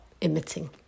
emitting